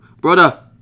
Brother